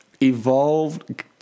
evolved